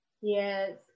Yes